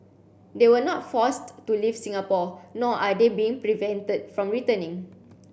they were not forced to leave Singapore nor are they being prevented from returning